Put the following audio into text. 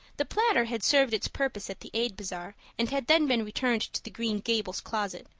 the platter had served its purpose at the aid bazaar and had then been returned to the green gables closet,